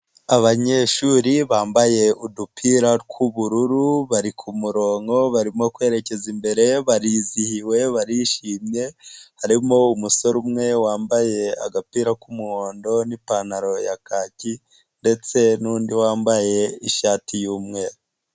Abanyeshuri bambaye udupira tw'ubururu bari ku murongo, barimo kwerekeza imbere barizihiwe barishimye, harimo umusore umwe wambaye agapira k'umuhondo n'ipantaro ya kaki ndetse n'undi wambaye ishati y'umweru.